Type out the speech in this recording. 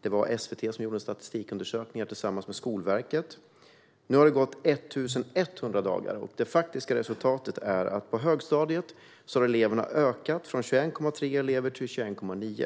Det var SVT som gjorde en statistikundersökning tillsammans med Skolverket. Nu har det gått 1 100 dagar, och det faktiska resultatet är att antalet elever per klass på högstadiet har ökat från 21,3 till 21,9.